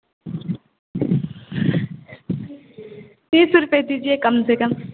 तीस रुपये दीजिए कम से कम